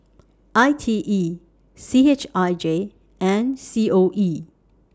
I T E C H I J and C O E